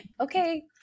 okay